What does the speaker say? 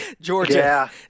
Georgia